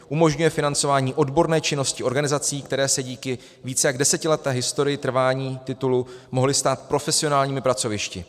Umožňuje financování odborné činnosti organizací, které se díky více než desetileté historii trvání titulu mohly stát profesionálními pracovišti.